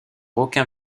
aucun